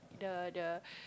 the the